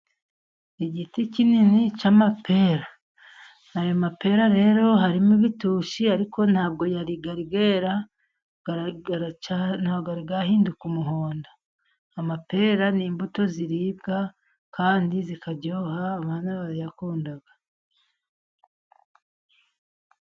Igiti kinini cy'amapera. Ayo mapera rero harimo ibitushi, ariko nta bwo yari yahinduka umuhondo. Amapera ni imbuto ziribwa kandi zikaryoha, abana barayakunda.